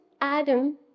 Adam